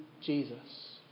Jesus